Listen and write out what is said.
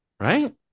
Right